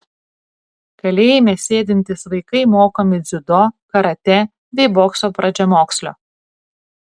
kalėjime sėdintys vaikai mokomi dziudo karatė bei bokso pradžiamokslio